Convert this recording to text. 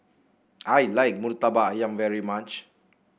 I like murtabak ayam very much